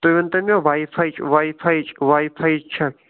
تُہۍ ؤنۍتو مےٚ وَے فَیِچ وَے فَیِچ وَے فَیِچ چھا